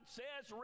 says